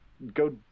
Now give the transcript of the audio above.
Go